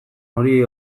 hori